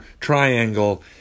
triangle